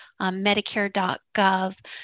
Medicare.gov